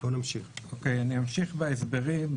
אני אמשיך בהסברים.